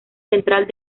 central